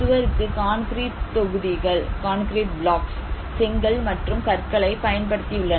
சுவருக்கு கான்கிரீட் தொகுதிகள் செங்கல் மற்றும் கற்களை பயன்படுத்தி உள்ளனர்